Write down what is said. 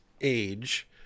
age